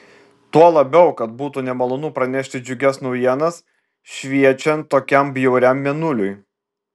tuo labiau kad būtų nemalonu pranešti džiugias naujienas šviečiant tokiam bjauriam mėnuliui